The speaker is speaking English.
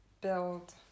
build